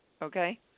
Okay